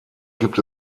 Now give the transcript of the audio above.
gibt